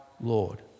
Lord